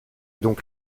donc